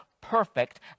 perfect